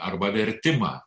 arba vertimą